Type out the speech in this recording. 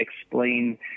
explain